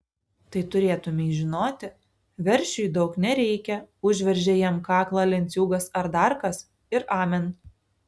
tai turėtumei žinoti veršiui daug nereikia užveržė jam kaklą lenciūgas ar dar kas ir amen